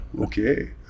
okay